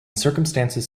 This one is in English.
circumstances